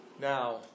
now